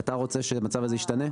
אתה רוצה שהמצב הזה ישתנה?